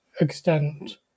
extent